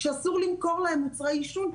אסור למכור להם מוצרי עישון,